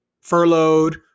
furloughed